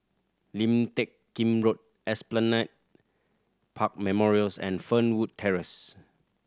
Lim Teck Kim Road Esplanade Park Memorials and Fernwood Terrace